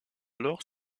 alors